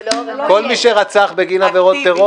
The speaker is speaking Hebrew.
זה אקטיבית,